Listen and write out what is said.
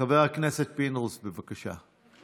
חבר הכנסת פינדרוס, בבקשה.